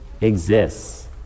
exists